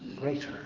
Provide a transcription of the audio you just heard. greater